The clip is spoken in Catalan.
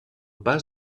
pas